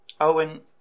Owen